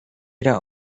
era